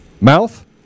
mouth